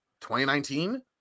2019